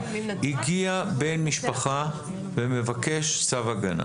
הגיע בן משפחה ומבקש צו הגנה.